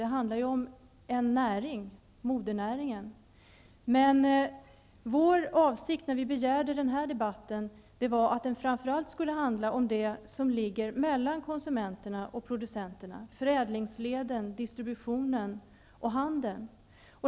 Det handlar ju om en näring, modernäringen. Vår avsikt när vi begärde den här debatten var att den framför allt skulle handla om det som ligger mellan konsumenterna och producenterna, förädlingsleden, distributionen och handeln.